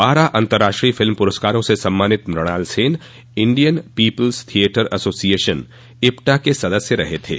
बारह अंतर्राष्ट्रीय फिल्म प्रस्कारों से सम्मानित Mrinal Sen Indian people's theatre association IPTA के सदस्य रह थे